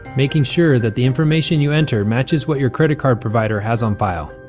making sure that the information you enter matches what your credit card provider has on file.